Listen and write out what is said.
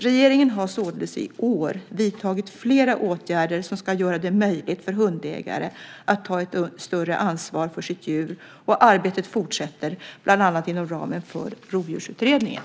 Regeringen har således i år vidtagit flera åtgärder som ska göra det möjligt för hundägare att ta ett större ansvar för sitt djur, och arbetet fortsätter bland annat inom ramen för Rovdjursutredningen.